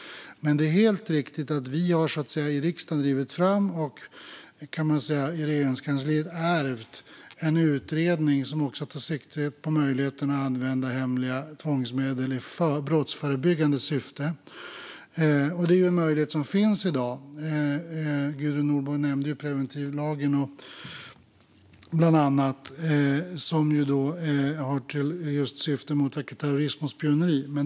Men det är helt riktigt att riksdagen har drivit fram, och Regeringskansliet har ärvt, en utredning som också tar sikte på möjligheten att använda hemliga tvångsmedel i brottsförebyggande syfte. Det är en möjlighet som finns i dag. Gudrun Nordborg nämnde bland annat preventivlagen, som har till syfte att motverka terrorism och spioneri.